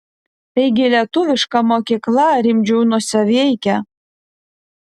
taigi lietuviška mokykla rimdžiūnuose veikia